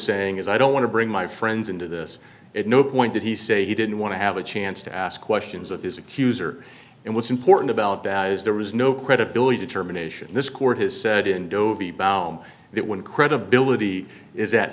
saying is i don't want to bring my friends into this at no point did he say he didn't want to have a chance to ask questions of his accuser and what's important about that is there was no credibility determination this court has said in dovi baum that when credibility is at